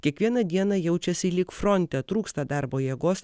kiekvieną dieną jaučiasi lyg fronte trūksta darbo jėgos